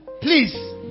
Please